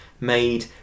made